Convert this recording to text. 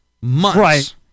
months